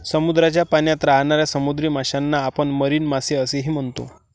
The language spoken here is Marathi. समुद्राच्या पाण्यात राहणाऱ्या समुद्री माशांना आपण मरीन मासे असेही म्हणतो